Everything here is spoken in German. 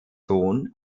sohn